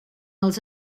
els